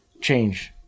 change